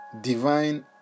divine